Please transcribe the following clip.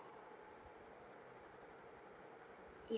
yes